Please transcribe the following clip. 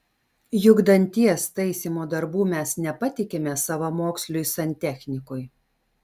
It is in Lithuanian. juk danties taisymo darbų mes nepatikime savamoksliui santechnikui